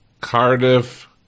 Cardiff